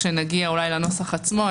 כשנגיע לנוסח עצמו,